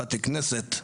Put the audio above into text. בתי כנסת,